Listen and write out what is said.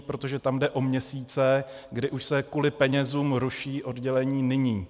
Protože tam jde o měsíce, kdy už se kvůli penězům ruší oddělení nyní.